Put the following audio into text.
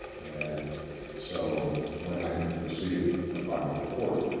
and so when i receive a final report,